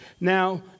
Now